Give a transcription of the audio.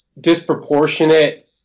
disproportionate